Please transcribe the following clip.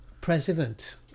president